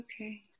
okay